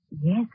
yes